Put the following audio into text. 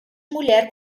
mulher